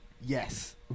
Yes